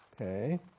Okay